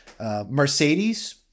Mercedes